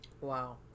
Wow